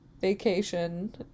vacation